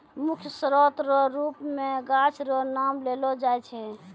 मुख्य स्रोत रो रुप मे गाछ रो नाम लेलो जाय छै